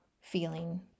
feeling